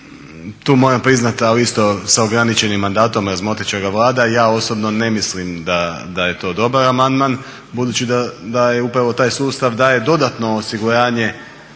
tu moram priznat ali isto sa ograničenim mandatom, razmotrit će ga Vlada. Ja osobno ne mislim da je to dobar amandman budući da upravo taj sustav daje dodatno osiguranje